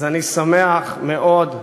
אז אני שמח מאוד,